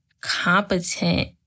competent